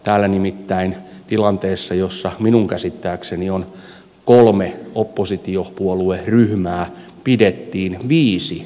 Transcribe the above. täällä nimittäin tilanteessa jossa minun käsittääkseni on kolme oppositiopuolueryhmää pidettiin viisi oppositiopuolueen ryhmäpuheenvuoroa